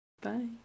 Bye